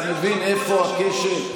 אתה מבין איפה הכשל?